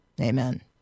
Amen